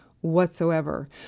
whatsoever